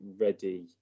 ready